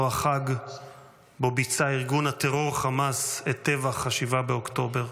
אותו החג שבו ביצע ארגון הטרור חמאס את טבח 7 באוקטובר.